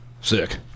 sick